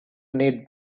need